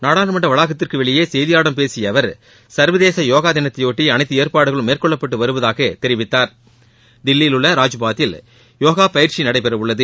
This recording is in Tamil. நாடாளுமன்ற வளாகத்திற்கு வெளியே செய்தியாளர்களிடம் பேசிய அவர் சர்வதேச யோகா தினத்தையொட்டி அனைத்து ஏற்பாடுகளும் மேற்கொள்ளப்பட்டு வருவதாக தெரிவித்தார் தில்லியில் உள்ள ராஜ்பாத்தில் யோகா பயிற்சி நடைபெறவுள்ளது